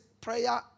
prayer